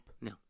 No